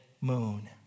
moon